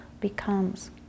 becomes